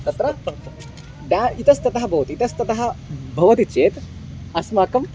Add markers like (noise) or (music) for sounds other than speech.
तत्र (unintelligible) डा इतस्ततः भवति इतस्ततः भवति चेत् अस्माकम्